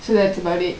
so that's about it